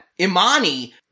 imani